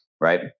right